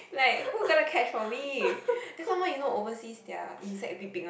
like who gonna catch for me then some more you know oversea their insect big big one